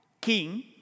king